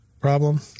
problem